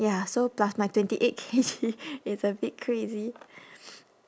ya so plus my twenty eight K_G it's a bit crazy